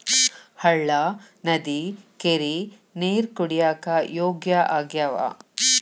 ಹಳ್ಳಾ ನದಿ ಕೆರಿ ನೇರ ಕುಡಿಯಾಕ ಯೋಗ್ಯ ಆಗ್ಯಾವ